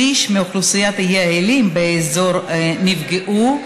שליש מאוכלוסיית היעלים באזור נפגעו,